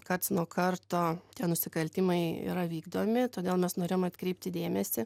karts nuo karto tie nusikaltimai yra vykdomi todėl mes norim atkreipti dėmesį